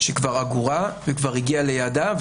שכבר אגורה וכבר הגיע לידיה,